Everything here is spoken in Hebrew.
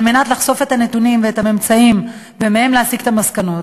מנת לחשוף את הנתונים ואת הממצאים ומהם להסיק את המסקנות.